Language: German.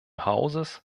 hauses